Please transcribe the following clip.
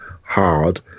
hard